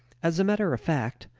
as matter of fact,